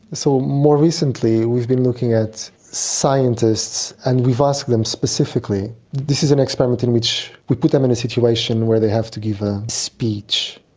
so more recently we've been looking at scientists and we've asked them specifically, this is an experiment in which we put them in a situation where they have to give a speech,